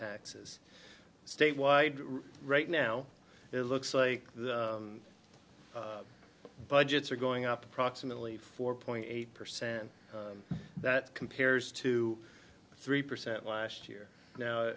taxes statewide right now it looks like the budgets are going up approximately four point eight percent that compares to three percent last year now